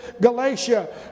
Galatia